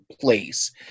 place